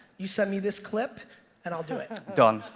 you send me this clip and i'll do it. done.